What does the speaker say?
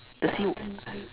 the sea